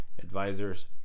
advisors